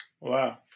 Wow